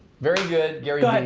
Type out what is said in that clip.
very good, garyvee.